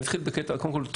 קודם כול,